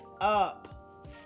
up